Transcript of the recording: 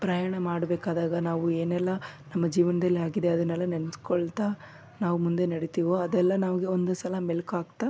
ಪ್ರಯಾಣ ಮಾಡಬೇಕಾದಾಗ ನಾವು ಏನೆಲ್ಲ ನಮ್ಮ ಜೀವನದಲ್ಲಿ ಆಗಿದೆ ಅದನ್ನೆಲ್ಲ ನೆನೆಸ್ಕೊಳ್ತ ನಾವು ಮುಂದೆ ನಡೀತಿವೋ ಅದೆಲ್ಲ ನಮಗೆ ಒಂದು ಸಲ ಮೆಲುಕು ಹಾಕ್ತ